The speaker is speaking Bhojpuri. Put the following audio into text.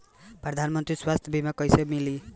प्रधानमंत्री स्वास्थ्य बीमा कइसे मिली?